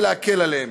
ולהקל עליהן.